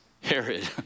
Herod